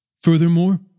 Furthermore